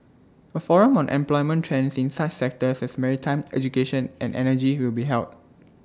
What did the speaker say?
A forum on employment trends in such sectors as maritime education and energy will be held